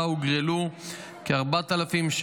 שבה הוגרלו כ-4,633